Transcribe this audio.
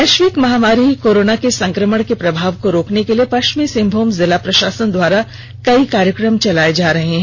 वैष्विक महामारी कोरोना के संक्रमण के प्रभाव को रोकने के लिए पष्चिमी सिंहभूम जिला प्रषासन द्वारा कई कार्यक्रम चलाये जा रहे हैं